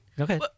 Okay